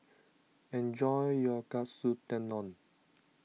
enjoy your Katsu Tendon